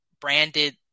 branded